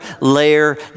layer